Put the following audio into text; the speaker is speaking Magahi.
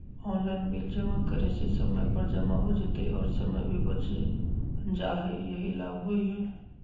ऑनलाइन बिल जमा करे से समय पर जमा हो जतई और समय भी बच जाहई यही लाभ होहई?